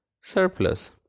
surplus